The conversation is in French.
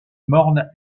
morne